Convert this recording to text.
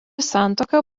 santuoka